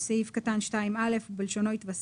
בסעיף 2 יבוא 2(א) ויתווסף,